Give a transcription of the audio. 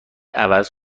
عوض